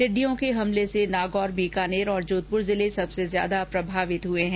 टिड़िडयों के हमले से नागौर बीकानेर और जोधपुर जिले सबसे ज्यादा प्रभावित हुए हैं